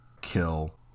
kill